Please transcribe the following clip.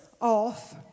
off